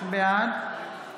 בעד